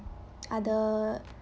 other